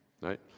right